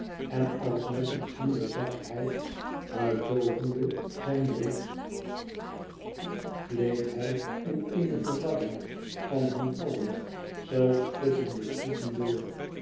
en als met eene sluwe zachtheid uitdoovende zijn blik gleed hij in eene verwarring van hen allen zelfs tusschen de troepen door